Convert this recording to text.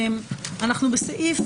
אנחנו בסעיף